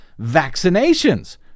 vaccinations